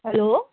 hello